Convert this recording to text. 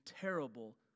terrible